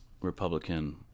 Republican